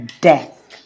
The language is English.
death